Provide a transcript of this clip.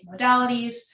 modalities